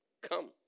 Come